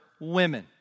women